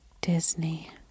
Disney